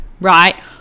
right